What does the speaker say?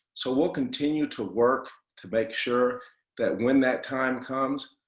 so we'll continue to work to make sure that when that time comes,